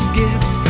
gifts